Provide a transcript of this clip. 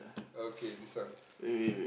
okay this one